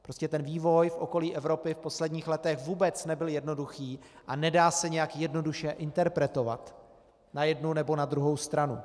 Prostě ten vývoj v okolí Evropy v posledních letech vůbec nebyl jednoduchý a nedá se nějak jednoduše interpretovat na jednu nebo na druhou stranu.